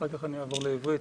ואחר כך לעבור לעברית.